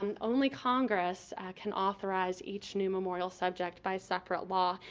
and only congress can authorize each new memorial subject by separate law.